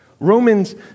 Romans